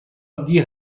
دیر